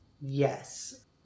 Yes